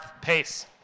pace